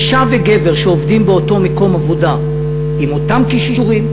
אישה וגבר שעובדים באותו מקום עבודה עם אותם כישורים,